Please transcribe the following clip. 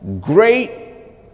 great